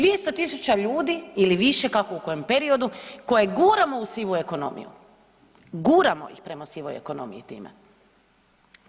200.000 ljudi ili više kako u kojem periodu koje guramo u sivu ekonomiju, guramo ih prema sivoj ekonomiji time.